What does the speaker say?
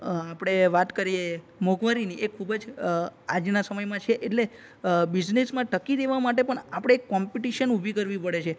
આપણે વાત કરીએ મોંઘવારીની એ ખૂબ જ આજના સમયમાં છે એટલે બિઝનેસમાં ટકી રહેવા માટે પણ આપણે એક કોમ્પિટિશન ઊભી કરવી પડે છે